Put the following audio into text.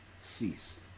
ceased